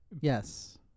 Yes